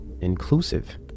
inclusive